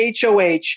HOH